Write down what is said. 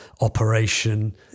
operation